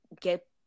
get